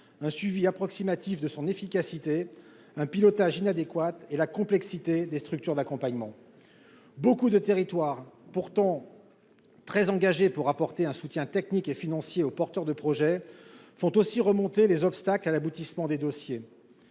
un suivi approximative de son efficacité, un pilotage inadéquate et la complexité des structures d'accompagnement beaucoup de territoires pourtant très engagée pour apporter un soutien technique et financier aux porteurs de projets font aussi remonter les obstacles à l'aboutissement des dossiers,